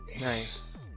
Nice